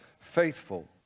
faithful